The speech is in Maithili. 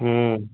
हूँ